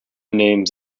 names